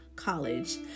college